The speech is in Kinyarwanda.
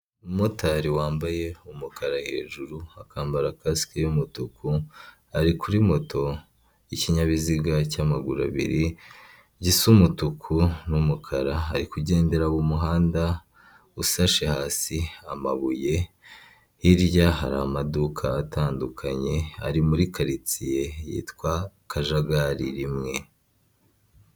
Umumotari wambaye umukara hejuru, akambara kasike y'umutuku ari kuri moto y'ikinyabiziga cy'amaguru abiri gisa umutuku n'umukara, ari kugendera mu muhanda usashe hasi amabuye, hirya hari amaduka atandukanye ari muri karitsiye yitwa kajagali rimwe.